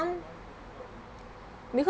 because